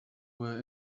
were